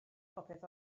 popeth